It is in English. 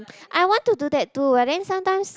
I want to do that too but then sometimes